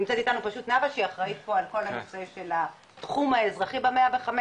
נמצאת איתנו נאוה שהיא אחראית על כל הנושא של התחום האזרחי ב-105,